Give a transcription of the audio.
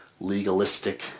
legalistic